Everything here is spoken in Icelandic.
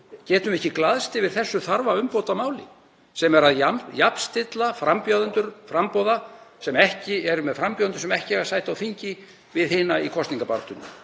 Getum við ekki glaðst yfir þessu þarfa umbótamáli sem er að jafnstilla frambjóðendur framboða sem ekki eru með frambjóðendur, sem ekki eiga sæti á þingi, við hina í kosningabaráttunni?